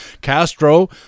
Castro